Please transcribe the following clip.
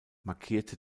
markierte